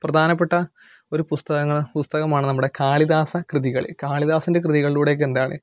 പ്രധാനപ്പെട്ട ഒരു പുസ്തകങ്ങ പുസ്തകമാണ് നമ്മുടെ കാളിദാസ കൃതികള് കാളിദാസൻ്റെ ഒക്കെ കൃതികളിലൂടെ എന്താണ്